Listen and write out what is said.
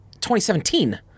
2017